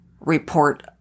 report